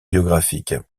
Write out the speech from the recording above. biographique